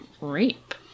rape